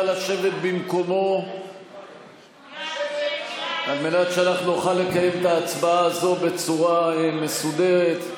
נא לשבת במקומו על מנת שנוכל לקיים את ההצבעה הזאת בצורה מסודרת.